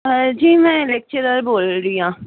ਜੀ ਮੈਂ ਲੈਕਚਰਰ ਬੋਲ ਰਈ ਆਂ